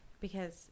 because-